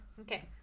Okay